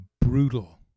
brutal